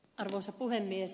arvoisa puhemies